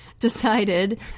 decided